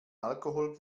alkohol